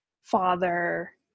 father